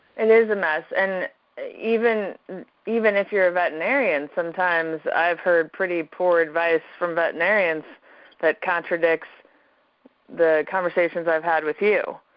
it is a mess, and even even if you're a veterinarian, sometimes i've heard pretty poor advice from veterinarians that contradicts the conversations i've had with you,